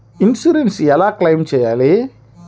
Insurance ఎలా claim చేయాలి?